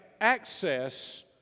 access